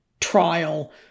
trial